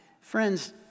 friends